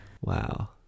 Wow